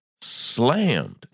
slammed